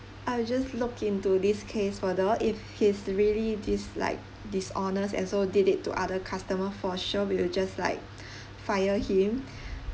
I'll just look into this case further if he's really this like dishonest and so did it to other customer for sure we will just like fire him